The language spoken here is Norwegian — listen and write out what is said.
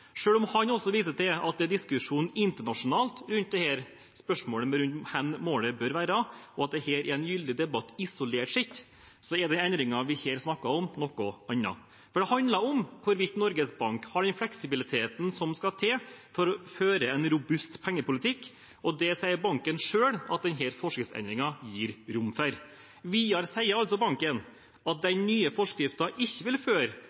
om han også viser til at det er diskusjon internasjonalt rundt dette spørsmålet om hva målet bør være, og at dette er en gyldig debatt isolert sett, er den endringen vi her snakker om, noe annet. Det handler om hvorvidt Norges Bank har den fleksibiliteten som skal til for å føre en robust pengepolitikk, og det sier banken selv at denne forskriftsendringen gir rom for. Videre sier altså banken at den nye forskriften ikke vil føre